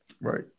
Right